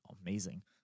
amazing